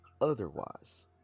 otherwise